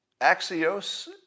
Axios